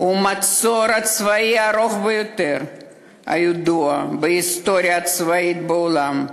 הוא המצור הצבאי הארוך ביותר הידוע בהיסטוריה הצבאית בעולם.